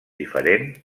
diferent